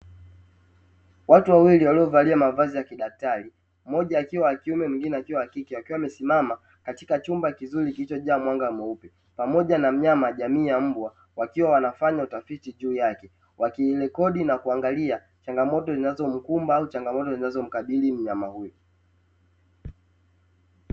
Watu wawili waliovalia mavazi ya kidaktari, mmoja akiwa wa kiume mwingine akiwa wa kike, wakiwa wamesimama katika chumba kizuri kilichojaa mwanga mweupe, pamoja na mnyama jamii ya mbwa, wakiwa wanafanya utafiti juu yake, wakirekodi na kuangalia changamoto zinazomkumba au changamoto zinazomkabili mnyama huyu.